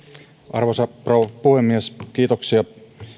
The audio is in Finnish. arvoisa rouva puhemies kiitoksia